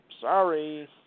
Sorry